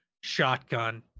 Shotgun